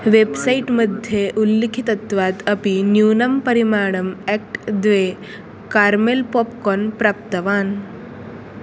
website मध्ये उल्लिखितत्वात् अपि न्यूनं परिमाणम् एक्ट् द्वे कार्मेल् पोप्कार्न् प्राप्तवान्